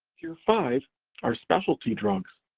tier five are specialty drugs,